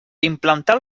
implantar